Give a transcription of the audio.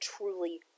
truly